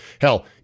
Hell